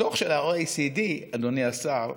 בדוח של ה-OECD, אדוני השר,